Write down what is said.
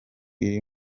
iri